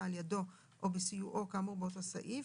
על ידו או בסיועו כאמור באותו סעיף,